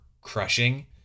crushing